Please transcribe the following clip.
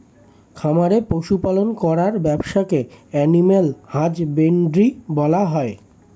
খামারে পশু পালন করার ব্যবসাকে অ্যানিমাল হাজবেন্ড্রী বলা হয়